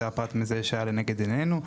זה הפרט המזהה שהיה לנגד עינינו.